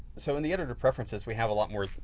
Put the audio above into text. so in the editor preferences, we have a lot more,